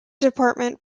department